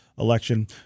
Election